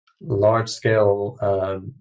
large-scale